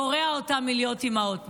שמונע מהן להיות אימהות.